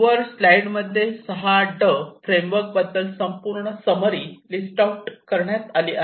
वर स्लाईड मध्ये "6 D framework" बद्दल संपूर्ण समरी लिस्ट आऊट करण्यात आली आहे